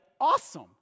awesome